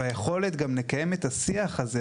וגם היכולת לקיים את השיח הזה,